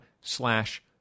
slash